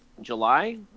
July